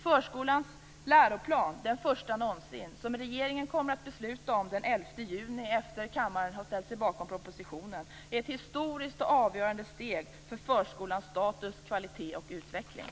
Förskolans läroplan, den första någonsin, som regeringen kommer att besluta om den 11 juni, efter det att kammaren har ställt sig bakom propositionen, är ett historiskt och avgörande steg för förskolans status, kvalitet och utveckling.